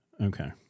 Okay